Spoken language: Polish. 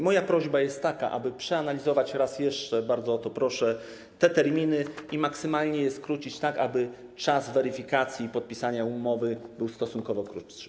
Moja prośba jest taka, aby przeanalizować raz jeszcze, bardzo o to proszę, te terminy i maksymalnie je skrócić, tak aby czas weryfikacji i podpisania umowy był stosunkowo krótki.